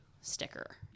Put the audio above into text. sticker